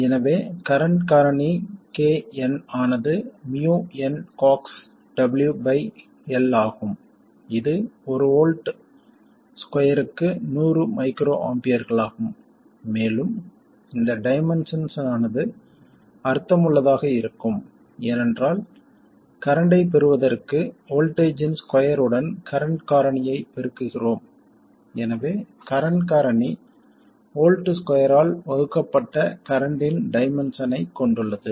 எனவே கரண்ட் காரணி K n ஆனது mu n C ox W by L ஆகும் இது ஒரு வோல்ட் ஸ்கொயர்க்கு நூறு மைக்ரோஆம்பியர்களாகும் மேலும் இந்த டைமென்ஷன்ஸ் ஆனது அர்த்தமுள்ளதாக இருக்கும் ஏனென்றால் கரண்ட்டைப் பெறுவதற்கு வோல்ட்டேஜ்ஜின் ஸ்கொயர் உடன் கரண்ட் காரணியைப் பெருக்குகிறோம் எனவே கரண்ட் காரணி வோல்ட் ஸ்கொயர் ஆல் வகுக்கப்பட்ட கரண்ட்டின் டைமென்ஷனைக் கொண்டுள்ளது